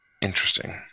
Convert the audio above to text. Interesting